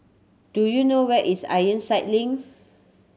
do you know where is Ironside Link